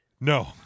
No